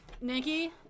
Nikki